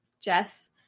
Jess